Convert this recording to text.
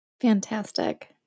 Fantastic